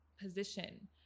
position